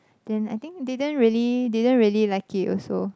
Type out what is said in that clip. then I think didn't really didn't really like it also